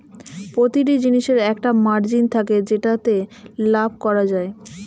প্রতিটি জিনিসের একটা মার্জিন থাকে যেটাতে লাভ করা যায়